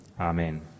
Amen